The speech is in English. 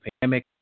pandemic